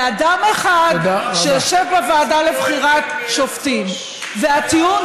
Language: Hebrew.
לאדם אחד שיושב בוועדה לבחירת שופטים והטיעון